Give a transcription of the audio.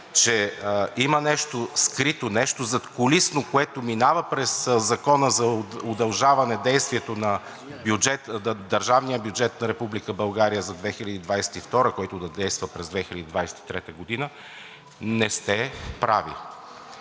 че има нещо скрито, нещо задкулисно, което минава през Закона за удължаване действието на държавния бюджет на Република България за 2022 г., който да действа през 2023 г., не сте прави.